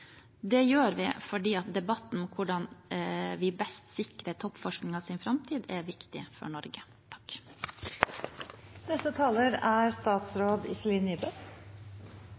Det gjør vi fordi debatten om hvordan vi best sikrer toppforskningens framtid, er viktig for Norge.